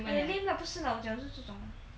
eh lean lah 不是 lah 我讲的是这种